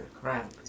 crap